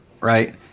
right